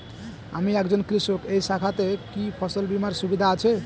আমি একজন কৃষক এই শাখাতে কি ফসল বীমার সুবিধা আছে?